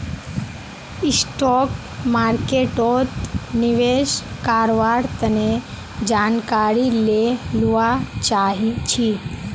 stock मार्केटोत निवेश कारवार तने जानकारी ले लुआ चाछी